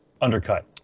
undercut